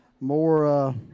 more